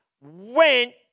went